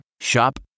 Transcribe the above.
Shop